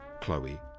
Chloe